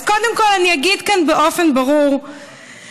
אז קודם כול, אני אגיד כאן באופן ברור שאני